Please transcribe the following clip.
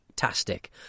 fantastic